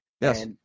Yes